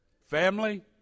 family